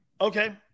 Okay